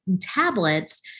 tablets